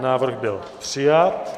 Návrh byl přijat.